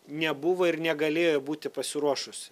nebuvo ir negalėjo būti pasiruošusi